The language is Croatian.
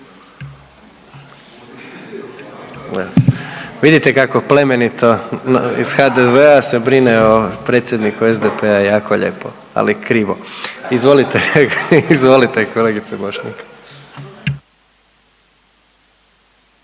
Vidite kako plemenito iz HDZ-a se brine o predsjedniku SDP-a, jako lijepo ali krivo. Izvolite, izvolite kolegice Bošnjak.